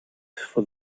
for